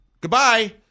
Goodbye